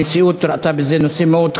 הנשיאות ראתה בזה נושא מאוד חשוב,